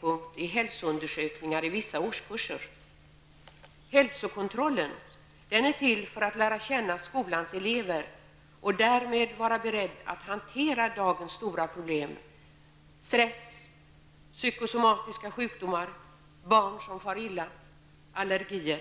på hälsoundersökningar i vissa årskurser. Hälsokontrollen är till för att läkaren skall lära känna skolans elever och därmed vara beredd att hantera dagens stora problem: stress, psykosomatiska sjukdomar, barn som far illa, allergier.